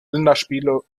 länderspiele